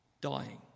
dying